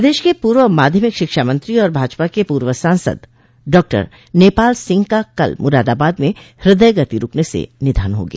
प्रदेश के पूर्व माध्यमिक शिक्षा मंत्री और भाजपा के पूर्व सांसद डॉक्टर नेपाल सिंह का कल मुरादाबाद में हृदय गति रुकने से निधन हो गया